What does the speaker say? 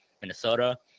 Minnesota